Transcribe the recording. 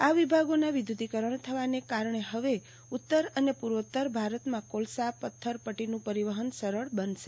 આ વિભાગોના વિદ્યુતિકરજ્ઞ થવાને કારજ્ઞે હવે ઉત્તર અને પૂર્વોત્તર ભારતમાં કોલસા પથ્થર પટ્ટીનું પરિવહન સરળ બનશે